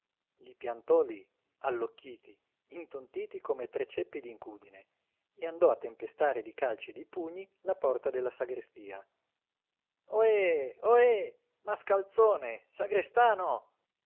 i piantò lí allocchiti intontiti come tre ceppi d'incudine e andò a tempestare di calci e di pugni la porta della sagrestia ohé ohé mascalzone sagrestano